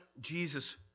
Jesus